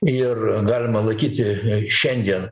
ir galima laikyti šiandien